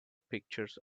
pictures